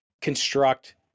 construct